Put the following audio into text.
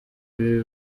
ibi